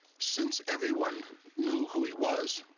since everyone knew who he was,